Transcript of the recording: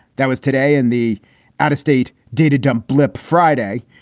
that was today in the out of state data dump blip friday.